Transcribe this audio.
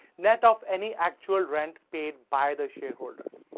net of any actual rent paid by the shareholder.